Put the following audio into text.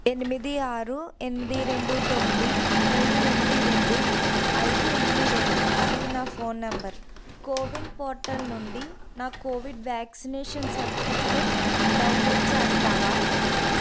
ఎనిమిది ఆరు ఎనిమిది రెండు తొమ్మిది మూడు ఎనిమిది రెండు ఐదు ఎనిమిది రెండు ఇది నా ఫోన్ నంబర్ కోవిన్ పోర్టల్ నుండి నా కోవిడ్ వ్యాక్సినేషన్ సర్టిఫికేట్ డౌన్లోడ్ చేస్తావా